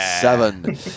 seven